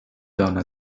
done